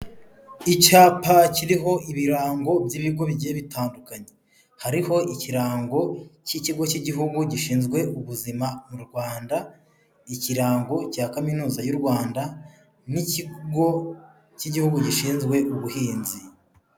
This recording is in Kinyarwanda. Icyapa kiriho ibirango by'ibigo bigiye bitandukany. Hariho ikirango cy'ikigo cy'igihugu gishinzwe ubuzima mu Rwanda, ikirango cya kaminuza y'u Rwanda, n'ikigo cy'igihugu gishinzwe ubuhinzi.